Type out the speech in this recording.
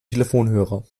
telefonhörer